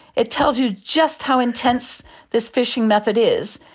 it tells you just how intense this fishing method is.